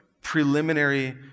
preliminary